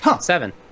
Seven